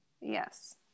Yes